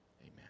Amen